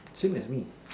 same as me